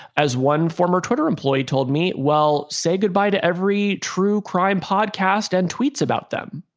as one former twitter employee told me, well, say goodbye to every true crime podcast and tweets about them.